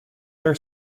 their